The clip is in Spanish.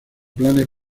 planes